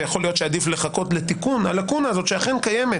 ויכול להיות שעדיף לחכות לתיקון הלקונה הזאת שאכן קיימת